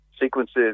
sequences